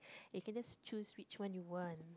you can just choose which one you want